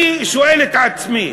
אני שואל את עצמי: